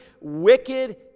wicked